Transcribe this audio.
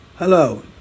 Hello